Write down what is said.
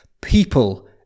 people